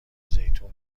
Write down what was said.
زیتون